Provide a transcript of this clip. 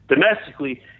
domestically